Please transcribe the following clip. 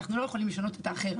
אנחנו לא יכולים לשנות את האחר,